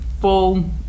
full